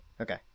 Okay